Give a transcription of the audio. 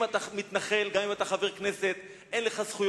אם אתה מתנחל, גם אם אתה חבר כנסת, אין לך זכויות.